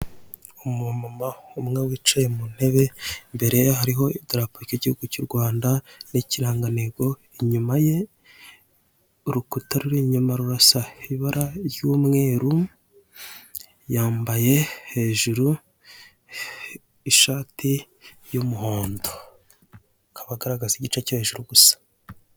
Umumama umwe wicaye mu ntebe, imbere hariho idarapo ry'igihugu cy'u Rwanda n'ikirangantego, inyuma ye, urukuta ruri inyuma rurasa ibara ry'umweru, yambaye hejuru ishati y'umuhondo. Akaba aragaragaza igice hejuru gusa.